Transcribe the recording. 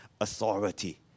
authority